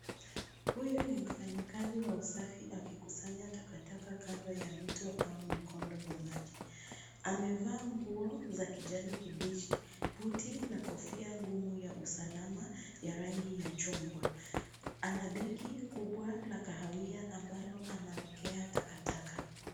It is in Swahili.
Huyu ni mfanyikazi wa usafi akikusanya takataka kando ya mto au mkondo wa maji. Amevaa nguo za kijani kibichi, buti na kofia ngumu ya usalama ya rangi ya chungwa. Ana begi kubwa la kahawia ambalo anawekea takataka.